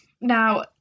Now